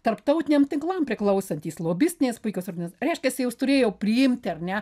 tarptautiniam tinklam priklausantys lobistinės puikios organiz reiškiasi jos turėjo priimti ar ne